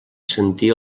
sentir